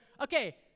Okay